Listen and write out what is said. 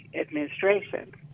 administration